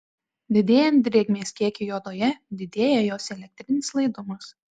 didėjant drėgmės kiekiui odoje didėja jos elektrinis laidumas